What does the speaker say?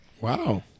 Wow